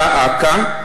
דא עקא,